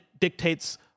dictates